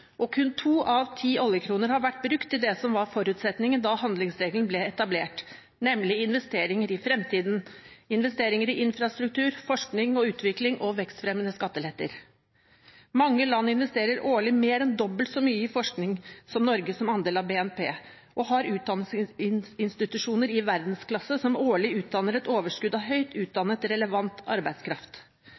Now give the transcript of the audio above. og kun to av ti oljekroner har vært brukt til det som var forutsetningen da handlingsregelen ble etablert, nemlig investeringer i fremtiden – investeringer i infrastruktur, forskning og utvikling og vekstfremmende skatteletter. Mange land investerer årlig mer enn dobbelt så mye som Norge i forskning som andel av BNP, og har utdanningsinstitusjoner i verdensklasse som årlig utdanner et overskudd av høyt utdannet relevant arbeidskraft.